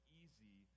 easy